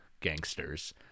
gangsters